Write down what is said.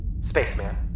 Spaceman